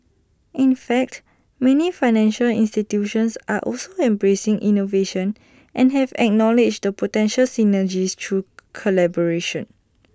in fact many financial institutions are also embracing innovation and have acknowledged the potential synergies through collaboration